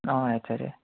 অঁ ৰাইট ছাইডে